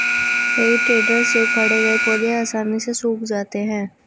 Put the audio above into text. हेइ टेडर से उखाड़े गए पौधे आसानी से सूख जाते हैं